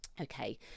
Okay